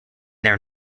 their